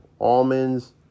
almonds